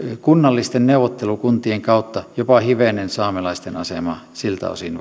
kunnallisten neuvottelukuntien kautta saamelaisten asema siltä osin